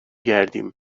گردیم